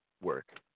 work